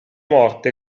morte